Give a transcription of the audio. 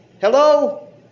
hello